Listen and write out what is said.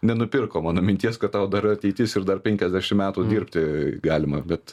nenupirko mano minties kad tau dar ateitis ir dar penkiasdešim metų dirbti galima bet